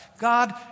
God